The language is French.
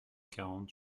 quarante